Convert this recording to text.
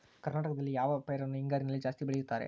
ಕರ್ನಾಟಕದಲ್ಲಿ ಯಾವ ಪೈರನ್ನು ಹಿಂಗಾರಿನಲ್ಲಿ ಜಾಸ್ತಿ ಬೆಳೆಯುತ್ತಾರೆ?